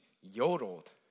yodeled